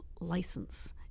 license